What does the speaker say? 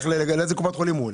לאיזו קופת חולים הוא הולך?